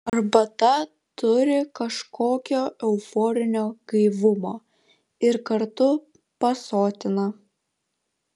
arbata turi kažkokio euforinio gaivumo ir kartu pasotina